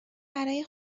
برای